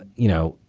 you know,